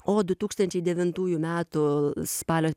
o du tūkstančiai devintųjų metų spalio